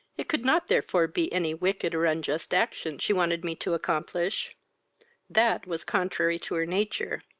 it could not therefore be any wicked or unjust action she wanted me to accomplish that was contrary to her nature.